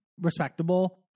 respectable